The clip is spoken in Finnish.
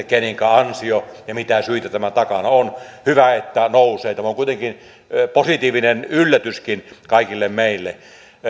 kenenkä ansio ja mitä syitä tämän takana on hyvä että nousee tämä on kuitenkin positiivinen yllätyskin kaikille meille